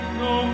no